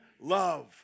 love